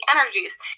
energies